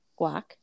guac